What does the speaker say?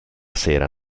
sera